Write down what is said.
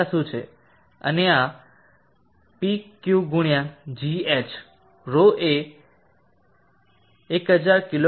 અને આ ρ q ગુણ્યા gh ρ એ 1000 kgm g એ 9